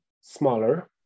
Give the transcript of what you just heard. smaller